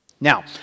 Now